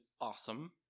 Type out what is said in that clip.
awesome